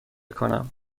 کنم